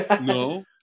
No